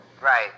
right